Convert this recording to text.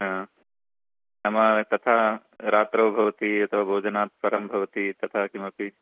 हा नाम तथा रात्रौ भवति यतो भोजनात् परं भवति तथा किमपि